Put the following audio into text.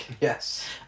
Yes